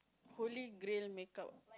holy grail make up